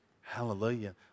Hallelujah